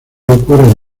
locura